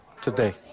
today